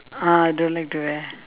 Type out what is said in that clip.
ah I don't like to wear